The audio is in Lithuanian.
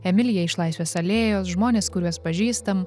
emilija iš laisvės alėjos žmonės kuriuos pažįstam